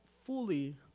fully